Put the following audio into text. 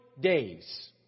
days